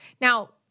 Now